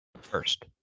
First